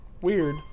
weird